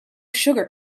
sugar